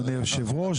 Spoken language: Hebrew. אדוני היושב ראש,